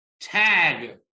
tag